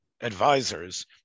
advisors